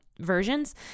versions